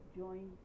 join